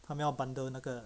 他们要 bundle 那个